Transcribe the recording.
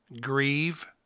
Grieve